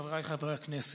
חבריי חברי הכנסת,